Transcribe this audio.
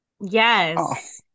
Yes